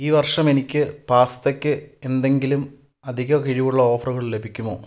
ഈ വർഷം എനിക്ക് പാസ്തക്ക് എന്തെങ്കിലും അധിക കിഴിവുള്ള ഓഫറുകൾ ലഭിക്കുമോ